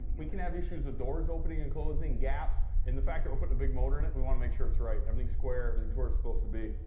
we can have issues of doors opening and closing, gaps, and the fact that we're putting a big motor in it, we want to make sure it's right, everything's square, everything's where it's supposed to be.